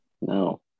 No